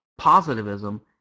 positivism